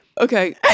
Okay